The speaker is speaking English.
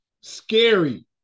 Scary